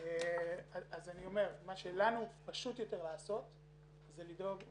מה שלנו פשוט יותר לעשות זה לדאוג לבטיחות,